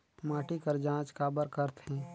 माटी कर जांच काबर करथे?